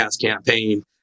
campaign